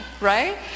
right